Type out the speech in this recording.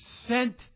sent